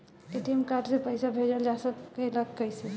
ATM card से पइसा भेजल जा सकेला कइसे?